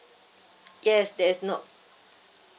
yes there is no